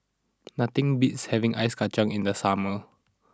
nothing beats having ice Kacang in the summer